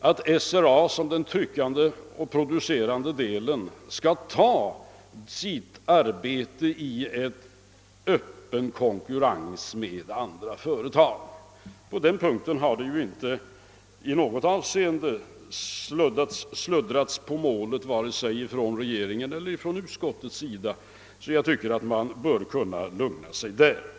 att SRA beträffande den tryckande och producerande delen skall få sitt arbete i öppen konkurrens med andra företag — på den punkten har vi inte i något avseende sluddrat på målet, vare sig i regeringen eller i utskottet, varför jag tycker att man bör kunna känna sig lugn på den punkten.